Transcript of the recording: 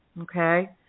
Okay